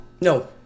No